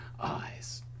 eyes